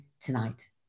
tonight